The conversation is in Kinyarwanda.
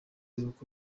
iruhuko